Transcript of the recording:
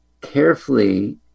carefully